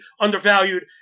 undervalued